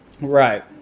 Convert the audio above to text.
Right